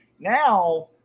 Now